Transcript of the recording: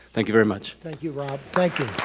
thank you very much. thank you rob, thank you.